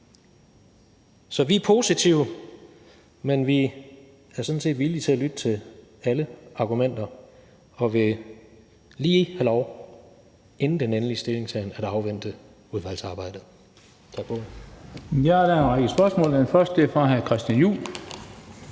Så vi er positive, men vi er sådan set villige til at lytte til alle argumenter og vil lige have lov til inden den endelige stillingtagen at afvente udvalgsarbejdet. Tak for ordet. Kl. 15:04 Den fg. formand (Bent Bøgsted): Der er en række spørgsmål, og det første er fra hr. Christian Juhl.